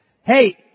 Hey